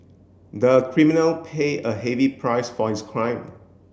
the criminal paid a heavy price for his crime